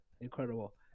incredible